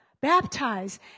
baptize